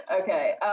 Okay